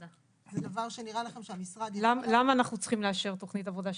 זה דבר שנראה לכם שהמשרד -- למה אנחנו צריכים לאשר תוכנית עבודה שנתית?